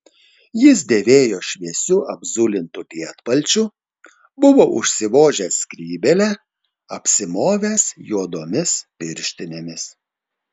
jis dėvėjo šviesiu apzulintu lietpalčiu buvo užsivožęs skrybėlę apsimovęs juodomis pirštinėmis